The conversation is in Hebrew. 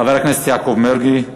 חבר הכנסת יעקב מרגי.